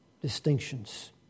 distinctions